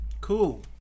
Cool